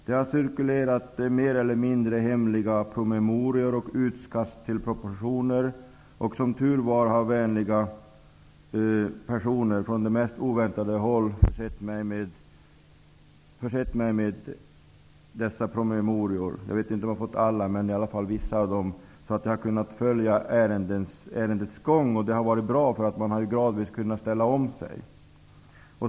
Det har cirkulerat mer eller mindre hemliga promemorior och utkast till propositioner. Som tur var har vänliga personer från de mest oväntade håll försett mig med dessa promemorior. Jag vet inte om jag har fått alla, men jag har i varje fall fått vissa av dem. Jag har kunnat följa ärendets gång, och det har varit bra. Man har gradvis kunnat ställa om sig.